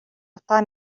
утаа